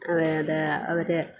അതായത് അവർ